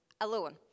alone